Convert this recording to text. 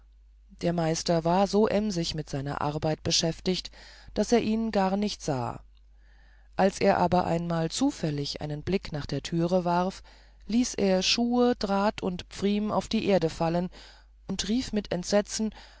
der meister war so emsig mit seiner arbeit beschäftigt daß er ihn gar nicht sah als er aber einmal zufällig einen blick nach der türe warf ließ er schuhe draht und pfriem auf die erde fallen und rief mit entsetzen